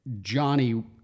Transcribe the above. Johnny